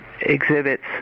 exhibits